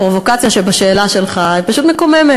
הפרובוקציה שבשאלה שלך היא פשוט מקוממת.